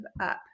up